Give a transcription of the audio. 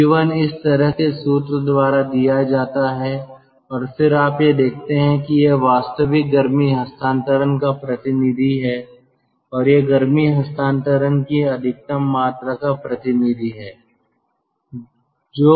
पी1 इस तरह के सूत्र द्वारा दिया जाता है और फिर आप यह देखते हैं कि यह वास्तविक गर्मी हस्तांतरण का प्रतिनिधि है और यह गर्मी हस्तांतरण की अधिकतम मात्रा का प्रतिनिधि है